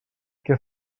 què